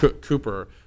Cooper